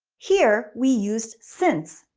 here we use since,